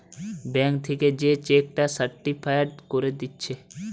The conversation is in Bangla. ব্যাংক থিকে যে চেক টা সার্টিফায়েড কোরে দিচ্ছে